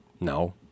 No